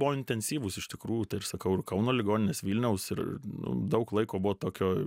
buvo intensyvūs iš tikrųjų taip sakau ir kauno ligoninės vilniaus ir nu daug laiko buvo tokio